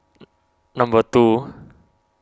number two